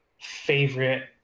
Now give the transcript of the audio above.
favorite